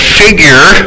figure